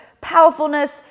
powerfulness